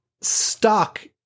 stuck